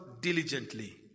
diligently